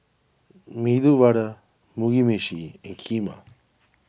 Medu Vada Mugi Meshi and Kheema